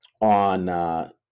on